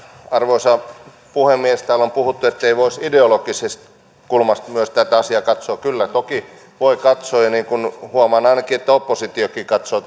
arvoisa puhemies täällä on puhuttu ettei voisi ideologisesta kulmasta myös tätä asiaa katsoa kyllä toki voi katsoa niin kuin huomaan ainakin että oppositiokin katsoo